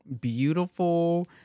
beautiful